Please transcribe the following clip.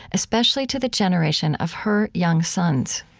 especially to the generation of her young sons